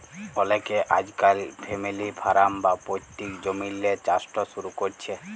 অলেকে আইজকাইল family farm বা পৈত্তিক জমিল্লে চাষট শুরু ক্যরছে